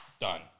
Done